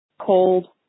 cold